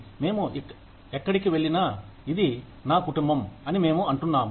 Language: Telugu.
మేము ఎక్కడికి వెళ్లిన ఇది నా కుటుంబం అని మేము అంటున్నాము